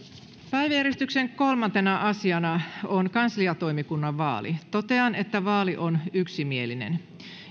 päiväjärjestyksen kolmantena asiana on kansliatoimikunnan vaali totean että vaali on yksimielinen